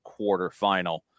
quarterfinal